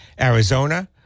Arizona